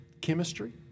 chemistry